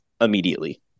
immediately